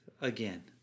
again